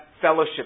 fellowship